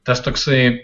tas toksai